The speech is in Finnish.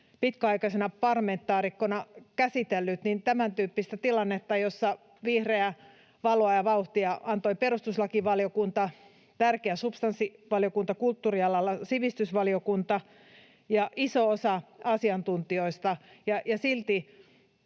pitkäaikaisena parlamentaarikkona käsitellyt: tämäntyyppinen tilanne, jossa vihreää valoa ja vauhtia antoi perustuslakivaliokunta, tärkeä substanssivaliokunta kulttuurialalla, sivistysvaliokunta, ja iso osa asiantuntijoista —